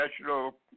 national